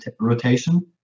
rotation